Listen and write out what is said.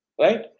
right